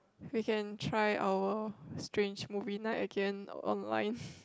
we can try our strange movie night again online